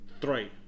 three